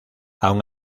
aun